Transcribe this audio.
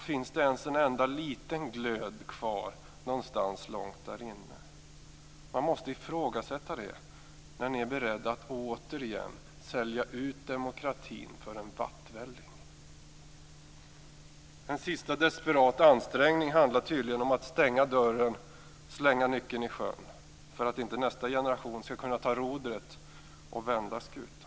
Finns det ens en enda gnutta glöd kvar någonstans långt där inne? Man måste ifrågasätta det eftersom ni nu är beredda att återigen sälja ut demokratin för en vattvälling! En sista desperat ansträngning handlar tydligen om att stänga dörren och slänga nyckeln i sjön för att nästa generation inte skall kunna ta rodret och vända skutan.